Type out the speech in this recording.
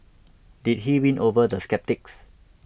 did he win over the sceptics